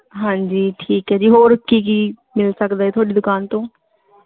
ਹਾਂਜੀ ਠੀਕ ਹੈ ਜੀ ਹੋਰ ਕੀ ਕੀ ਮਿਲ ਸਕਦਾ ਜੀ ਤੁਹਾਡੀ ਦੁਕਾਨ ਤੋਂ